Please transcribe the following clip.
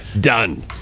Done